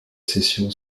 session